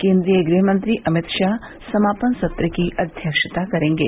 केन्द्रीय गृह मंत्री अमित शाह समापन सत्र की अध्यक्षता करेंगे